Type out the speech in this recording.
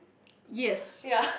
yes